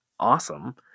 Awesome